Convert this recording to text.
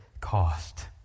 cost